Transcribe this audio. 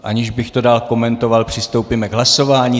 Aniž bych to dál komentoval, přistoupíme k hlasování.